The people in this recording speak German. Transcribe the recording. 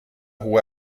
hohe